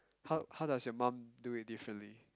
how how does your mom do it differently